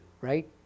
right